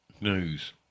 News